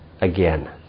again